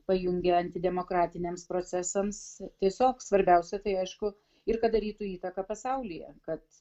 pajungė antidemokratiniams procesams tiesiog svarbiausia tai aišku ir kad darytų įtaką pasaulyje kad